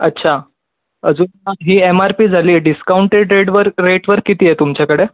अच्छा अजून ही एम आर पी झाली आहे डिस्काउंटेड रेटवर रेटवर किती आहे तुमच्याकडं